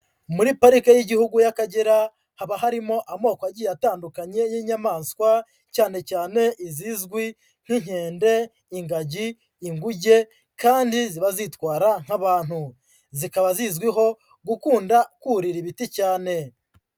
Muri parike y'igihugu y'Akagera, haba harimo amoko agiye atandukanye y'inyamaswa, cyane cyane izizwi nk'inkende, ingagi, inguge kandi ziba zitwara nk'abantu, zikaba zizwiho gukunda kurira ibiti cyane.